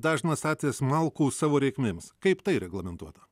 dažnas atvejis malkų savo reikmėms kaip tai reglamentuota